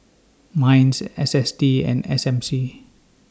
Minds S S T and S M C